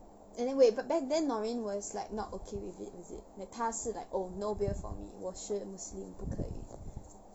anyway but back then norin was like not okay with it is it like 她是 like oh no beer for me 我是 muslim 不可以